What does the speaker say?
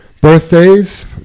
Birthdays